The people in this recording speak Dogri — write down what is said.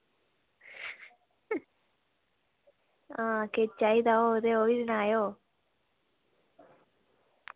आं ते किश चाहिदा होग ओह्बी सनायो